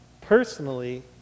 personally